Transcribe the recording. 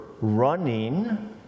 running